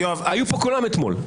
היו פה כולם אתמול.